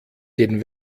den